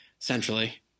Centrally